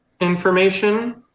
information